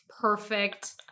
perfect